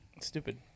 stupid